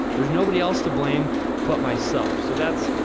there's nobody else to blame but myself. so that's,